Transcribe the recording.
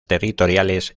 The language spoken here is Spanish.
territoriales